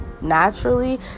naturally